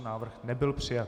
Návrh nebyl přijat.